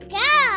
go